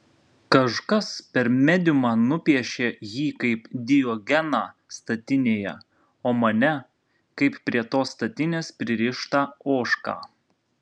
kažkas per mediumą nupiešė jį kaip diogeną statinėje o mane kaip prie tos statinės pririštą ožką